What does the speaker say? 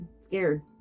scared